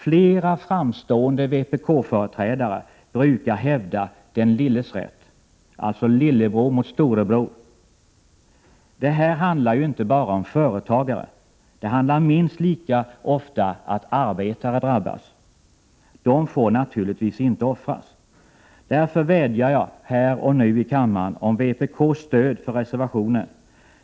Flera framstående vpk-företrädare brukar hävda den lilles rätt, dvs. lillebrors rätt mot storebror. Det här handlar inte bara om företagare. Det händer minst lika ofta att arbetare drabbas. De får naturligtvis inte offras. Jag vädjar därför här och nu i kammaren om vpk:s stöd för reservationen.